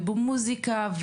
במוזיקה,